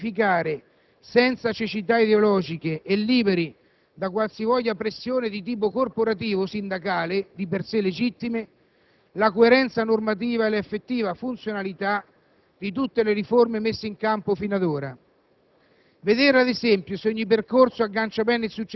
Dovremmo riguardare tutta questa legislazione e verificare, senza cecità ideologiche e liberi da qualsivoglia questione di tipo corporativo o sindacale (di per sé legittima), la coerenza normativa e l'effettiva funzionalità di tutte le riforme messe in campo fino ad ora;